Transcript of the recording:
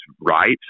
right